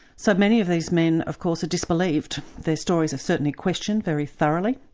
so many of these men of course, are disbelieved. their stories are certainly questioned very thoroughly.